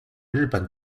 日本